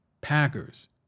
Packers